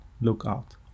lookout